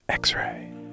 X-Ray